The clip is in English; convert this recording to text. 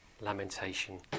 lamentation